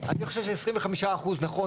ש-25% נכון.